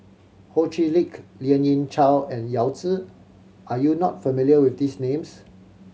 Ho Chee Lick Lien Ying Chow and Yao Zi are you not familiar with these names